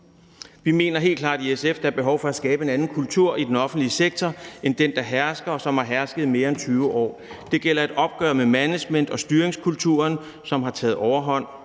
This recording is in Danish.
Vi mener helt klart i SF, at der er behov for at skabe en anden kultur i den offentlige sektor end den, der hersker, og som har hersket i mere end 20 år. Det gælder et opgør med management- og styringskulturen, som har taget overhånd;